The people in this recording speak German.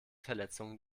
verletzungen